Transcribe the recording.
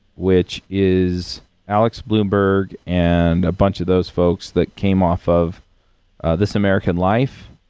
which is alex bloomberg and a bunch of those folks that came off of this american life.